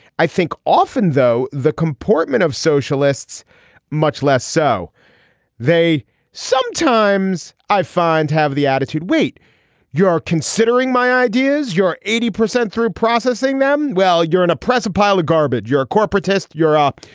i think often though the comportment of socialists much less so they sometimes i find have the attitude wait you are considering my ideas your eighty percent through processing them well you're an oppressive pile of garbage you're a corporatist europe.